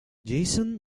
jason